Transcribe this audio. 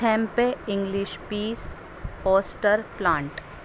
تھیمپے English peace poster plant